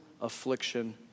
affliction